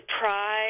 pride